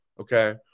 Okay